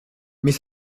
mais